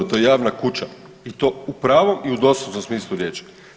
To je javna kuća i to u pravom i u doslovnom smislu riječi.